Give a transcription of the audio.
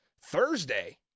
Thursday